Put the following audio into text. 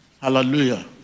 Hallelujah